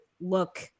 look